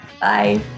Bye